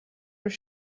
were